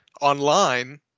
online